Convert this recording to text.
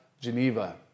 Geneva